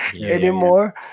anymore